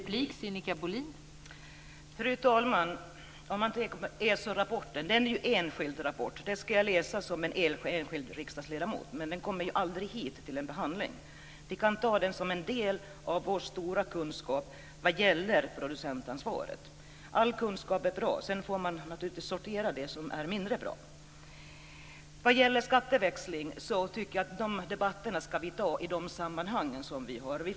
Fru talman! ESO-rapporten är enskild rapport. Den ska jag läsa som enskild riksdagsledamot. Men den kommer aldrig till riksdagen för behandling. Den kan utgöra en del av vår stora kunskap om producentansvaret. All kunskap är bra. Sedan får man naturligtvis sortera bort det som är mindre bra. Jag tycker att debatten om skatteväxling får föras i de sammanhang som den här hemma.